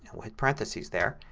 and with parentheses there.